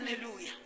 Hallelujah